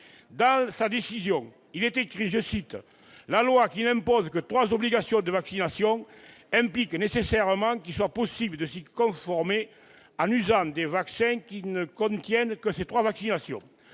termes de cette décision, « la loi, qui n'impose que trois obligations de vaccination, implique nécessairement qu'il soit possible de s'y conformer en usant de vaccins qui ne contiennent que ces trois vaccinations. »